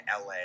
LA